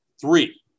three